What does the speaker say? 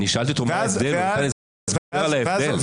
אני שאלתי אותו מה ההסבר והוא נתן הסבר על ההבדל.